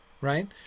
Right